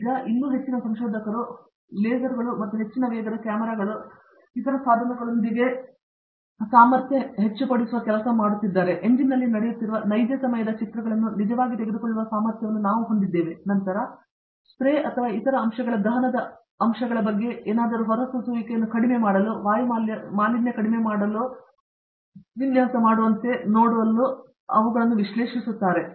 ಈಗ ಇನ್ನೂ ಹೆಚ್ಚಿನ ಸಂಶೋಧಕರು ಸಹ ಲೇಸರ್ಗಳು ಮತ್ತು ಹೆಚ್ಚಿನ ವೇಗದ ಕ್ಯಾಮೆರಾಗಳು ಮತ್ತು ಇತರ ಸಾಧನಗಳೊಂದಿಗೆ ಸಾಮರ್ಥ್ಯವನ್ನು ಹೊಂದಿದ್ದಾರೆ ಮತ್ತು ಈಗ ಎಂಜಿನ್ನಲ್ಲಿ ನಡೆಯುತ್ತಿರುವ ನೈಜ ಸಮಯದ ಚಿತ್ರಗಳನ್ನು ನಿಜವಾಗಿ ತೆಗೆದುಕೊಳ್ಳುವ ಸಾಮರ್ಥ್ಯವನ್ನು ನಾವು ಹೊಂದಿದ್ದೇವೆ ನಂತರ ಸ್ಪ್ರೇ ಅಥವಾ ಇತರ ಅಂಶಗಳ ದಹನದ ಅಂಶಗಳ ಬಗ್ಗೆ ಏನಾದರೂ ಹೊರಸೂಸುವಿಕೆಯನ್ನು ಕಡಿಮೆ ಮಾಡಲು ಕೇವಲ ಹೊಂದುವಂತೆ ಮಾಡಬಹುದೆಂದು ನೋಡಲು ಅವುಗಳನ್ನು ವಿಶ್ಲೇಷಿಸುತ್ತೇವೆ